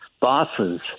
bosses